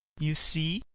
you see,